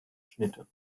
schnitte